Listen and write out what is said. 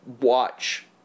watch